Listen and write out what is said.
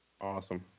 awesome